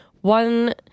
one